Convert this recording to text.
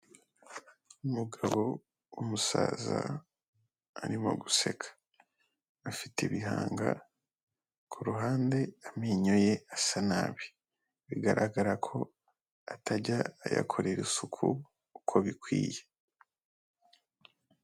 Umugabo w'umusaza arimo guseka. Afite ibihanga, ku ruhande amenyo ye asa nabi, bigaragara ko atajya ayakorera isuku uko bikwiye.